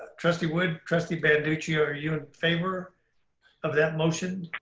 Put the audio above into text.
trustee wood, trustee banducci, are you in favor of that motion?